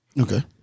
Okay